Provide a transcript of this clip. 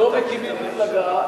לא מקימים מפלגה,